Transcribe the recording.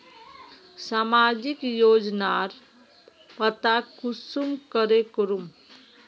सामाजिक योजनार पता कुंसम करे करूम?